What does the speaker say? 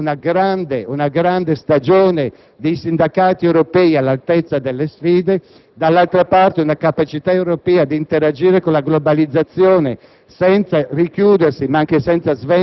indubbio che sia necessario, da una parte, avviare una grande stagione con sindacati europei all'altezza delle sfide e dall'altra, recuperare una capacità europea di interagire con la globalizzazione